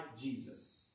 Jesus